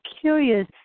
curious